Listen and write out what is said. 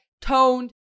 toned